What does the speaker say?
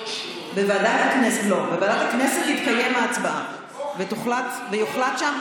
בוועדת הכנסת תתקיים ההצבעה ויוחלט שם,